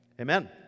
Amen